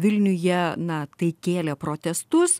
vilniuje na tai kėlė protestus